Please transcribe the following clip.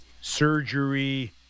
surgery